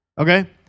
Okay